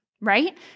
right